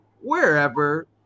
wherever